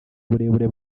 uburebure